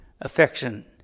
affection